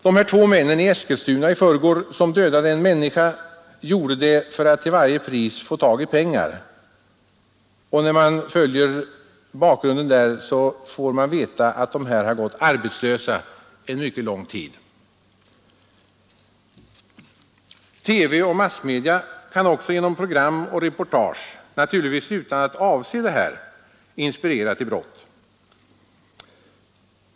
De två män som i förrgår dödade en människa i Eskilstuna gjorde det för att till varje pris få tag i pengar. Bakgrunden där var att de gått arbetslösa mycket lång tid. TV och andra massmedia kan också genom program och reportage, naturligtvis utan att avse det, inspirera till brott.